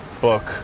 book